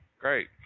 great